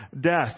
death